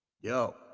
Yo